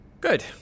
good